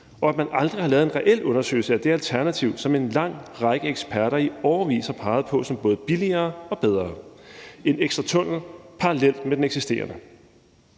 og at man aldrig har lavet en reel undersøgelse af det alternativ, som en lang række eksperter i årevis har peget på som både billigere og bedre: en ekstra tunnel parallelt med den eksisterende.